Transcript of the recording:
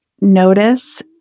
notice